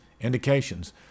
Indications